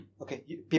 okay